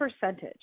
percentage